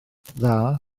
dda